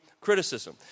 criticism